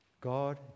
God